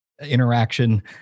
interaction